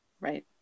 right